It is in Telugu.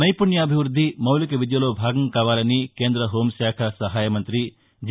నైపుణ్యాభివృద్ది మౌలిక విద్యలో భాగం కావాలని కేంద్ర హోంశాఖ సహాయ మంతి జి